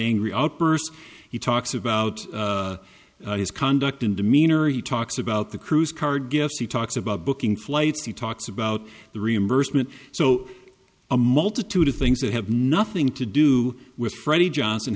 being re outbursts he talks about his conduct in demeanor he talks about the cruise card guests he talks about booking flights he talks about the reimbursement so a multitude of things that have nothing to do with freddie johnson